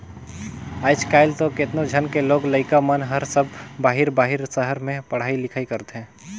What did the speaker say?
आयज कायल तो केतनो झन के लोग लइका मन हर सब बाहिर बाहिर सहर में पढ़ई लिखई करथे